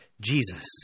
Jesus